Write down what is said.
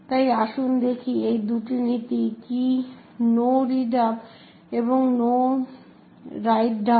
তাই আসুন দেখি এই দুটি নীতি কী নো রিড আপ এবং নো রাইট ডাউন